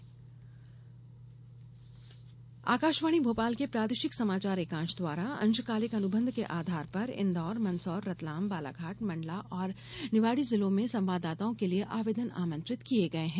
अंशकालिक संवाददाता आकाशवाणी भोपाल के प्रादेशिक समाचार एकांश द्वारा अंशकालिक अनुबंध के आधार पर इन्दौर मंदसौर रतलाम बालाघाट मंडला और निवाड़ी जिलों में संवाददाताओं के लिये आवेदन आमंत्रित किये गये हैं